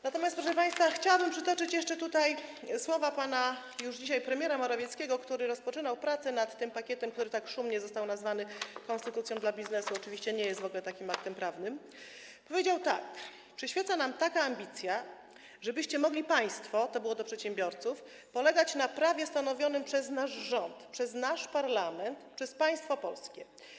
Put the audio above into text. Natomiast, proszę państwa, chciałabym przytoczyć jeszcze słowa pana już dzisiaj premiera Morawieckiego, który rozpoczynał pracę nad tym pakietem, który szumnie został nazwany konstytucją dla biznesu - oczywiście to nie jest w ogóle takim aktem prawnym - i powiedział tak: Przyświeca nam taka ambicja, żebyście mogli państwo - to było do przedsiębiorców - polegać na prawie stanowionym przez nasz rząd, przez nasz parlament, przez państwo polskie.